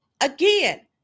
again